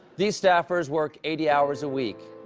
these staffers work eighty hours a week.